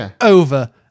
over